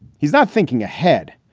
he's not thinking ahead.